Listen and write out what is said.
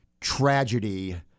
tragedy